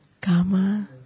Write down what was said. karma